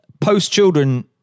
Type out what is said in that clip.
post-children